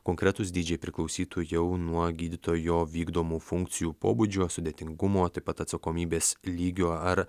konkretūs dydžiai priklausytų jau nuo gydytojo vykdomų funkcijų pobūdžio sudėtingumo taip pat atsakomybės lygio ar